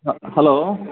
ഹ hello